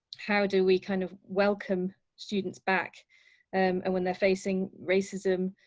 how do we kind of welcome students back and when they're facing racism,